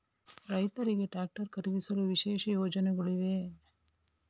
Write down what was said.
ರೈತರಿಗೆ ಟ್ರಾಕ್ಟರ್ ಖರೀದಿಸಲು ವಿಶೇಷ ಯೋಜನೆಗಳಿವೆಯೇ?